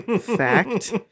Fact